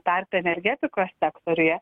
tarpe energetikos sektoriuje